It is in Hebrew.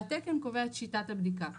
והתקן קובע את שיטת הבדיקה.